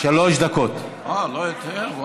שלוש דקות, בבקשה.